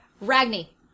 Ragni